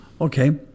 Okay